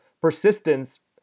persistence